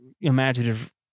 imaginative